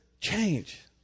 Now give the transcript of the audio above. change